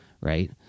right